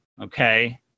okay